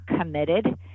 committed